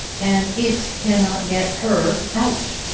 and it cannot get her out.